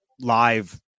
live